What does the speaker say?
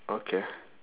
okay